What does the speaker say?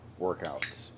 workouts